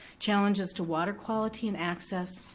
challenges to water quality and access,